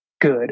good